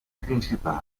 principali